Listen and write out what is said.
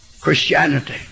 Christianity